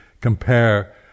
compare